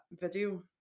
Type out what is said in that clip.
video